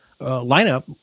lineup